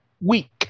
week